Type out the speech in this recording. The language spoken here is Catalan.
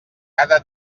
cada